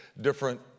different